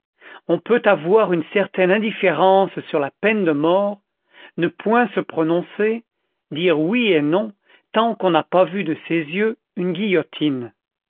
on peut avoir une certaine indifférence sur la peine de mort ne point se prononcer dire oui et non tant qu'on n'a pas vu de ses yeux une guillotine